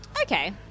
okay